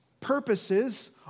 purposes